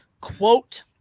quote